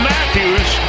Matthews